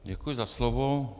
Děkuji za slovo.